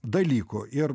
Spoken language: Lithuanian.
dalykų ir